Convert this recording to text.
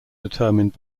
determined